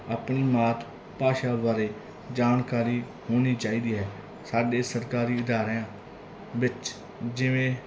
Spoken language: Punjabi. ਆਪਣੀ ਮਾਤ ਭਾਸ਼ਾ ਬਾਰੇ ਜਾਣਕਾਰੀ ਹੋਣੀ ਚਾਹੀਦੀ ਹੈ ਸਾਡੇ ਸਰਕਾਰੀ ਅਦਾਰਿਆਂ ਵਿੱਚ ਜਿਵੇਂ